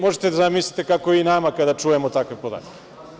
Možete da zamislite kako je nama kada čujemo takve podatke.